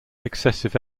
excessive